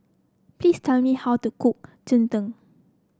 please tell me how to cook Cheng Tng